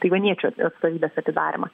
taivaniečių atstovybės atidarymą